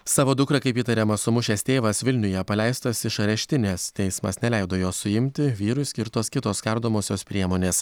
savo dukrą kaip įtariama sumušęs tėvas vilniuje paleistas iš areštinės teismas neleido jo suimti vyrui skirtos kitos kardomosios priemonės